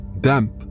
Damp